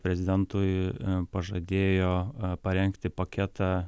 prezidentui pažadėjo parengti paketą